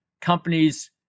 companies